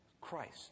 Christ